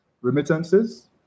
remittances